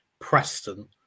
Preston